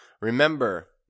Remember